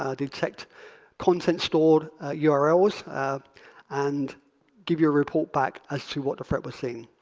detect content stored yeah urls, and give you a report back as to what the threat was seeing.